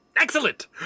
excellent